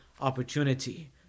opportunity